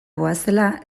goazela